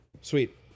sweet